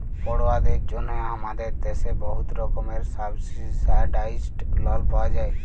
পড়ুয়াদের জ্যনহে আমাদের দ্যাশে বহুত রকমের সাবসিডাইস্ড লল পাউয়া যায়